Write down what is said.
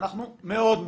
אנחנו מאוד מוטרדים,